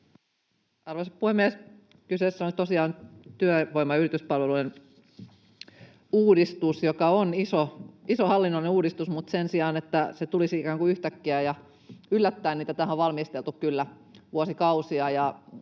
Arvoisa puhemies! Kyseessä on tosiaan työvoima- ja yrityspalvelujen uudistus, joka on iso hallinnollinen uudistus, mutta sen sijaan, että se tulisi ikään kuin yhtäkkiä ja yllättäen, niin tätähän on valmisteltu kyllä vuosikausia,